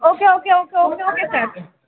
okay okay okay okay okay sir